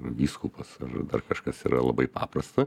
vyskupas ar dar kažkas yra labai paprasta